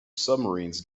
submarines